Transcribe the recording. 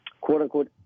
quote-unquote